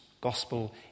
Gospel